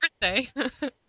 birthday